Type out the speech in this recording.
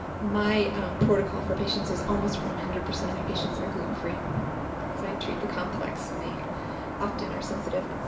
my protocol for patients is almost one hundred percent of my patients are gluten-free because i treat the complex and they often are sensitive.